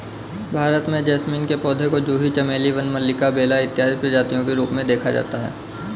भारत में जैस्मीन के पौधे को जूही चमेली वन मल्लिका बेला इत्यादि प्रजातियों के रूप में देखा जाता है